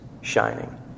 shining